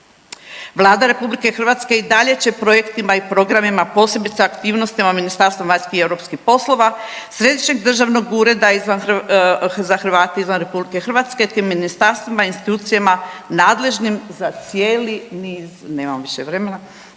Vlada RH i dalje će projektima i programima posebice aktivnostima Ministarstva vanjskih i europskih poslova, Središnjeg državnog ureda izvan, za Hrvate izvan RH te ministarstvima, institucijama nadležnim za cijeli niz,